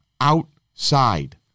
Outside